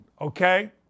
okay